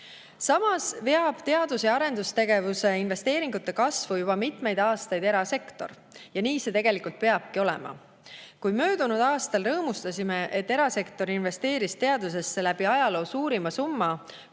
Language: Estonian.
Samas veab teadus‑ ja arendustegevuse investeeringute kasvu juba mitmeid aastaid erasektor ja nii see tegelikult peabki olema. Kui möödunud aastal rõõmustasime, et erasektor investeeris teadusesse läbi ajaloo suurima summa,